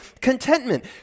contentment